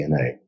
DNA